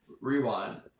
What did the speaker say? rewind